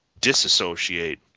disassociate